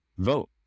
vote